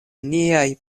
niaj